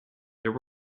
there